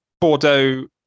Bordeaux